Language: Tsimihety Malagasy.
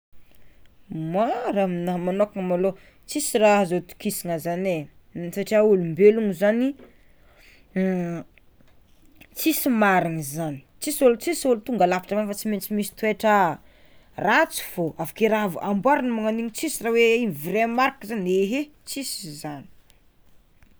Mah raha aminah magnokana malôha tsisy raha atokisana zany satria o olombelogno zany tsisy mariny zany tsisy olo tsisy olo tonga lafatra zany fa tsy maintsy misy toetra ratsy fô avakeo raha amboarina magnan'igny tsisy raha hoe ino vrai marika zany ehe tsisy zany.